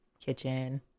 Kitchen